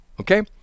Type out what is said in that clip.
Okay